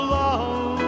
love